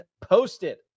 posted